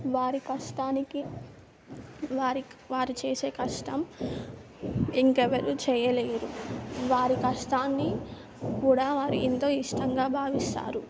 వారి కష్టానికి వారికి వారి చేసే కష్టం ఇంకెవ్వరూ చెయ్యలేరు వారు కష్టాన్ని కూడా వారికి ఎంతో ఇష్టంగా భావిస్తారు